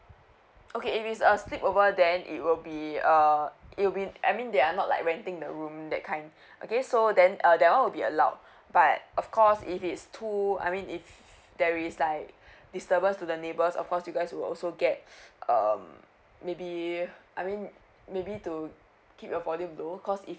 okay if it's a sleepover then it will be err it'll be I mean they're not like renting the room that kind okay so then uh that one will be allowed but of course if it's too I mean if there is like disturbance to the neighbours of course you guys will also get um maybe I mean maybe to keep your volume low cause if